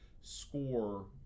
score